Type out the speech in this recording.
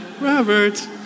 Robert